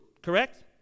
correct